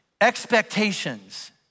expectations